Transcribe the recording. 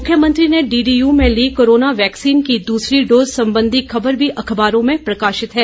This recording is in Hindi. मुख्यमंत्री ने डीडीयू में ली कोरोना वैक्सीन की दूसरी डोज संबंधी ख़बर भी अख़बारों में प्रकाशित है